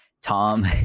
Tom